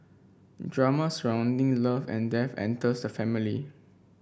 drama surrounding love and death enters the family